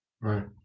right